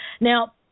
Now